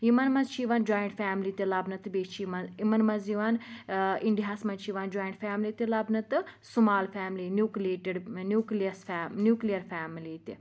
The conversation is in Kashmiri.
یِمَن مَنٛز چھِ یِوان جویِنٛٹ فیملی تہِ لَبنہٕ تہٕ بیٚیہِ چھِ یِمَن یِمَن مَنٛز یِوان اِنڈیاہَس مَنٛز چھُ یِوان جویِنٹ فیملی تہِ لَبنہٕ تہٕ small family nucleated nucleus nuclear family تہِ